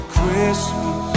Christmas